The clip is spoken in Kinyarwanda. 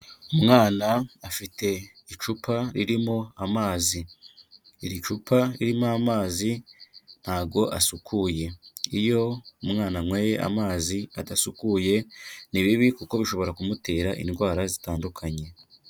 Umwana afite icupa ririmo amazi, iri cupa ririmo amazi ntabwo asukuye. Iyo umwana anyweye amazi adasukuye ni bibi kuko bishobora kumutera indwara zitandukanye.